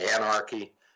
anarchy